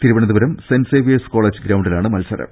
Thiruvananthapuram Saint Xavier's college ഗ്രൌണ്ടിലാണ് മത്സരം